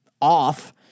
off